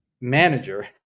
manager